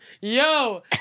Yo